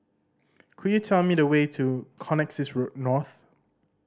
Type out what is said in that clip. could you tell me the way to Connexis Road North